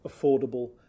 affordable